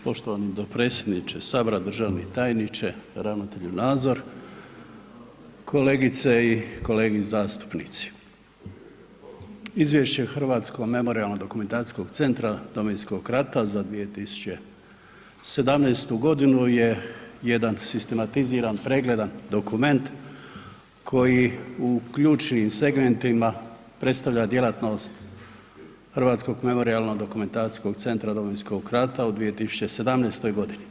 Poštovani dopredsjedniče sabora, državni tajniče, ravnatelju Nazor, kolegice i kolege zastupnici, Izvješće Hrvatsko memorijalno-dokumentacijskog centra Domovinskog rata za 2017. godinu je jedan sistematiziran pregledan dokument koji u ključnim segmentima predstavlja djelatnost Hrvatsko memorijalno-dokumentacijskog centra Domovinskog rata u 2017. godini.